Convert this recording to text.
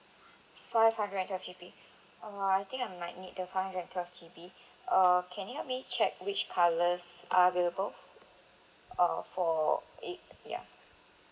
five hundred and twelve G_B uh I think I might need the five hundred and twelve G_B uh can you help me check which colours are available uh for it ya